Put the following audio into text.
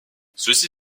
ceci